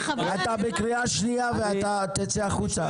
אתה בקריאה שנייה עכשיו ואתה תצא החוצה.